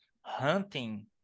hunting